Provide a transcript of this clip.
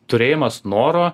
turėjimas noro